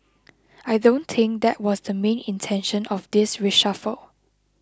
I don't think that was the main intention of this reshuffle